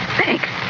Thanks